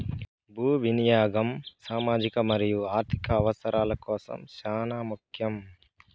భూ వినియాగం సామాజిక మరియు ఆర్ధిక అవసరాల కోసం చానా ముఖ్యం